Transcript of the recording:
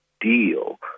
deal